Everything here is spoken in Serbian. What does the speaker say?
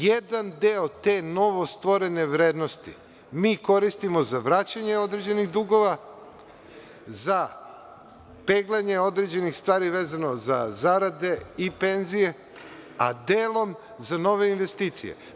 Jedan deo te novostvorene vrednosti mi koristimo za vraćanje određenih dugova, za peglanje određenih stvari vezano za zarade i penzije, a delom za nove investicije.